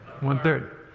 one-third